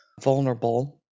vulnerable